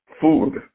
food